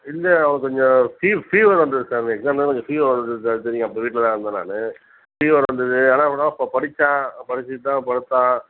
இல்லை அவனுக்கு கொஞ்சம் ஃபீ ஃபீவர் வந்தது சார் இந்த எக்ஸாம்னா கொஞ்சம் ஃபீவர் வருது சார் தெரியும் அப்போ வீட்டில் தான் இருந்தேன் நான் ஃபீவர் வந்தது ஆனாவூனா பா படிச்சான் படிச்சிவிட்டு தான் படுத்தான்